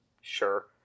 Sure